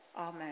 Amen